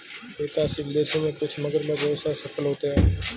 विकासशील देशों में कुछ मगरमच्छ व्यवसाय सफल होते हैं